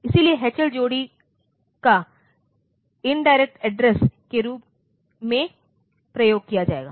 इसलिए HL जोड़ी का इनडायरेक्ट एड्रेस के रूप में प्रयोग किया जाएगा